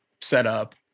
setup